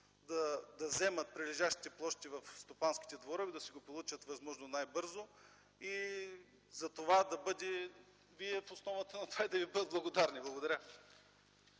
да вземат прилежащите площи в стопанските дворове, да си ги получат възможно най-бързо и Вие да бъдете в основата на това и да Ви бъдат благодарни. Благодаря.